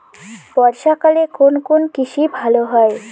বর্ষা কালে কোন কোন কৃষি ভালো হয়?